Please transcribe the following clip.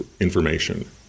information